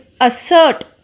assert